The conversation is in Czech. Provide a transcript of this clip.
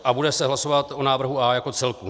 A bude se hlasovat o návrhu A jako celku.